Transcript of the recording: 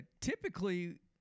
Typically